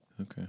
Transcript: Okay